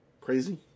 crazy